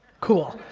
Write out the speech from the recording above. cool.